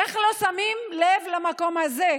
איך לא שמים לב למקום הזה?